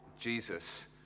Jesus